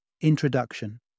Introduction